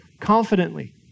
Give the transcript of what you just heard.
confidently